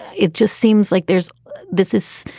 it just seems like there's this is.